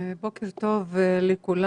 בוקר טוב לכולם.